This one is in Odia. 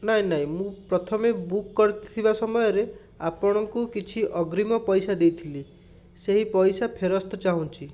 ନାଇ ନାଇ ମୁଁ ପ୍ରଥମେ ବୁକ୍ କରିଥିବା ସମୟରେ ଆପଣଙ୍କୁ କିଛି ଅଗ୍ରିମ ପଇସା ଦେଇଥିଲି ସେହି ପଇସା ଫେରସ୍ତ ଚାହୁଁଛି